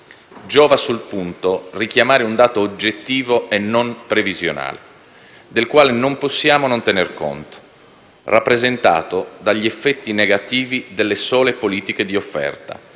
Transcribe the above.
Giova sul punto richiamare un dato oggettivo e non previsionale del quale non possiamo non tener conto, rappresentato dagli effetti negativi delle sole politiche di offerta